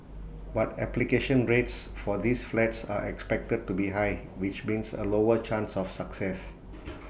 but application rates for these flats are expected to be high which means A lower chance of success